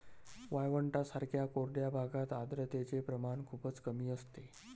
वाळवंटांसारख्या कोरड्या भागात आर्द्रतेचे प्रमाण खूपच कमी असते